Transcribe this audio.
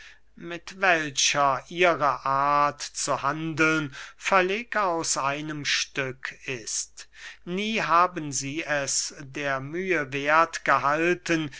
mit welcher ihre art zu handeln völlig aus einem stück ist nie haben sie es der mühe werth gehalten